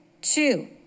Two